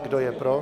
Kdo je pro?